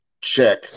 check